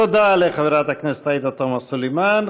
תודה לחברת הכנסת עאידה תומא סלימאן.